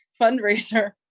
fundraiser